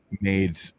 made